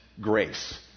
grace